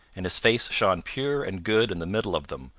and his face shone pure and good in the middle of them,